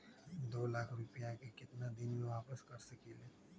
दो लाख रुपया के केतना दिन में वापस कर सकेली?